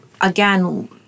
again